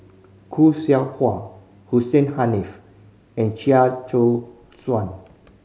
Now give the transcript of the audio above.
Khoo Seow Hwa Hussein Haniff and Chia Choo Suan